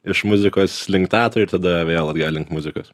iš muzikos link teatro ir tada vėl atgal link muzikos